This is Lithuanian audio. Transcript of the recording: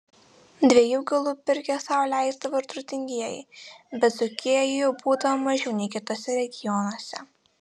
dviejų galų pirkias sau leisdavo turtingieji bet dzūkijoje jų būdavo mažiau nei kituose regionuose